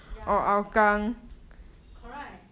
ya correct